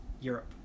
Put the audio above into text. Europe